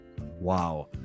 Wow